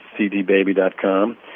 CDBaby.com